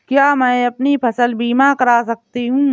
क्या मैं अपनी फसल बीमा करा सकती हूँ?